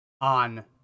on